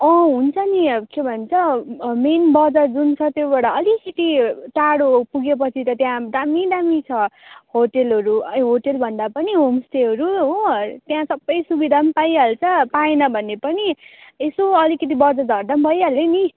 अँ हुन्छ नि के भन्छ मेन बजार जुन छ त्योबाट अलिकति टाढो पुगेपछि त त्यहाँ दामी दामी छ होटलहरू ए होटलभन्दा पनि होमस्टेहरू हो त्यहाँ सबै सुविधा पनि पाइहाल्छ पाएन भने पनि यसो अलिकति बजार झर्दा पनि भइहाल्यो नि